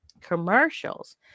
commercials